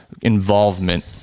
involvement